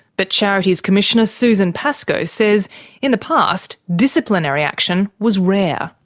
but charities commissioner susan pascoe says in the past, disciplinary action was rare.